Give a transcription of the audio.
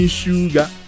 sugar